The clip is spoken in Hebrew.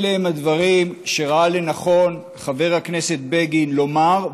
אלה הם הדברים שראה לנכון חבר הכנסת בגין לומר,